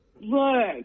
Look